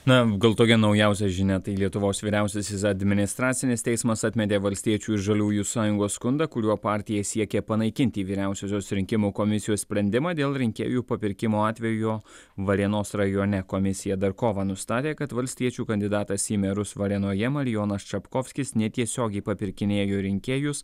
na gal tokia naujausia žinia tai lietuvos vyriausiasis administracinis teismas atmetė valstiečių ir žaliųjų sąjungos skundą kuriuo partija siekia panaikinti vyriausiosios rinkimų komisijos sprendimą dėl rinkėjų papirkimo atvejo varėnos rajone komisija dar kovą nustatė kad valstiečių kandidatas į merus varėnoje marijonas čapkovskis netiesiogiai papirkinėjo rinkėjus